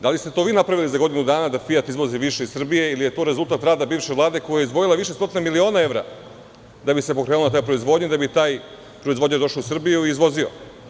Da li ste to vi napravili za godinu dana da „Fijat“ izvozi više iz Srbije, ili je to rezultat rada bivše Vlade, koja je izdvojila više stotina miliona evra da bi se pokrenula ta proizvodnja, da bi taj proizvođač došao u Srbiju i izvozio?